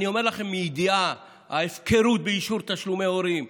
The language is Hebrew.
אני אומר לכם מידיעה: בהפקרות באישור תשלומי הורים,